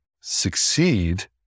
succeed